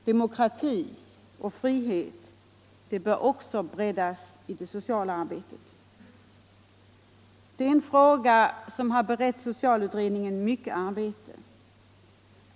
Demokrati och frihet bör också breddas i det sociala arbetet. Det är en fråga som berett socialutredningen mycket arbete.